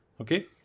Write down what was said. Okay